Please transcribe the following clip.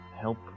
help